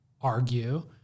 argue